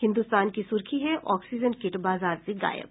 हिन्द्रस्तान की सुर्खी है ऑक्सीजन किट बाजार से गायब